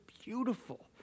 beautiful